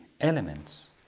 elements